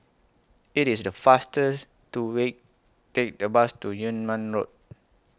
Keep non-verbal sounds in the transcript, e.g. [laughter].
IT IS The faster [noise] to Way Take The Bus to Yunnan Road